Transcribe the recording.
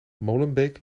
molenbeek